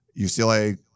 UCLA